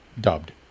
dubbed